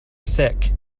thick